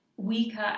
weaker